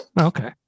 okay